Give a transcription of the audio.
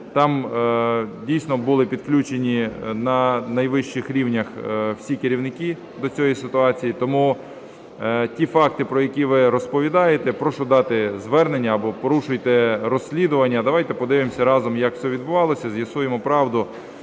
Там, дійсно, були підключені на найвищих рівнях всі керівники до цієї ситуації. Тому ті факти, про які ви розповідаєте, прошу дати звернення або порушуйте розслідування. Давайте подивимося разом, як все відбувалося, з'ясуємо правду.